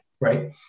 right